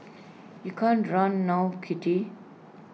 you can't run now kitty